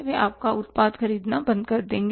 वे आपका उत्पाद खरीदना बंद कर देंगे